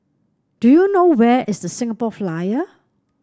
do you know where is The Singapore Flyer